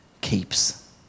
keeps